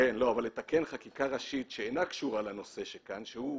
אבל לתקן חקיקה ראשית שאינה קשורה לנושא שעומד כאן על הפרק,